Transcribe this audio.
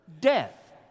Death